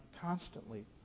constantly